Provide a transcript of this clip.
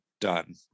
done